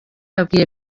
yabwiye